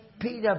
Peter